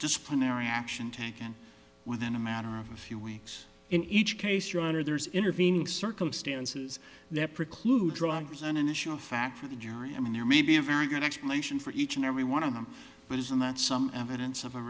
disciplinary action taken within a matter of a few weeks in each case your honor there's intervening circumstances that preclude drugs and an issue of fact for the jury and there may be a very good explanation for each and every one of them but isn't that some evidence of o